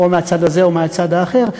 או מהצד הזה או מהצד האחר.